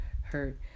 hurt